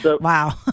Wow